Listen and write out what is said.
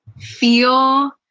feel